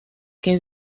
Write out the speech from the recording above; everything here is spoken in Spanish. que